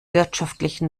wirtschaftlichen